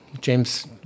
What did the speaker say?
James